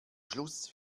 schluss